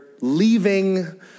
leaving